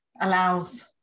allows